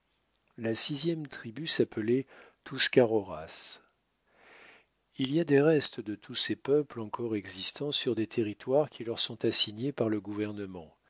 la sixième tribu s'appelait tuscaroras il y a des restes de tous ces peuples encore existants sur des territoires qui leur sont assignés par le gouvernement